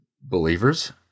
believers